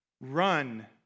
Run